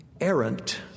errant